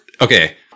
okay